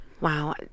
Wow